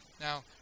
now